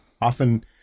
often